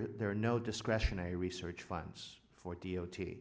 that there are no discretionary research funds for d o t d